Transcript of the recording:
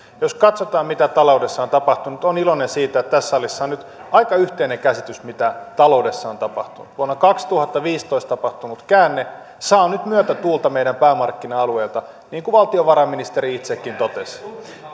jos katsotaan mitä taloudessa on tapahtunut olen iloinen siitä että tässä salissa on nyt aika yhteinen käsitys siitä mitä taloudessa on tapahtunut vuonna kaksituhattaviisitoista tapahtunut käänne saa nyt myötätuulta meidän päämarkkina alueelta niin kuin valtiovarainministeri itsekin totesi